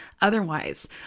Otherwise